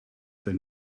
der